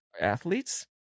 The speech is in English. athletes